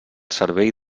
servei